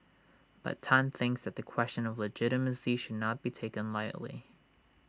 but Tan thinks that the question of legitimacy should not be taken lightly